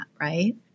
right